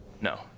No